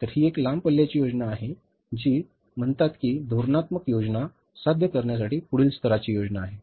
तर ही एक लांब पल्ल्याची योजना आहे जी म्हणतात की धोरणात्मक योजना साध्य करण्यासाठी पुढील स्तराची योजना आहे